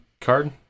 card